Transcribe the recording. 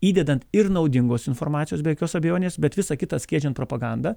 įdedant ir naudingos informacijos be jokios abejonės bet visą kitą skiedžiant propaganda